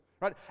right